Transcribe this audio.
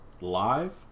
live